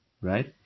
Right